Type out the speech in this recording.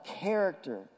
character